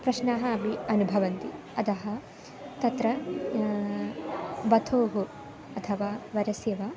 प्रश्नाः अपि अनुभवन्ति अतः तत्र वधोः अथवा वरस्य वा